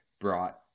brought